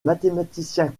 mathématicien